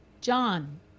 John